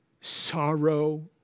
sorrow